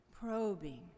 probing